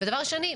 ודבר שני,